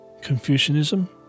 Confucianism